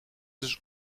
eens